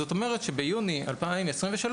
זאת אומרת שביוני 2023,